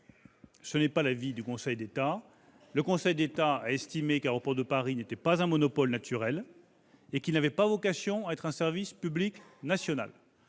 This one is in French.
Ce n'est pas l'avis du Conseil d'État, lequel a estimé qu'Aéroports de Paris n'était pas un monopole naturel et n'avait pas vocation à être un service public national.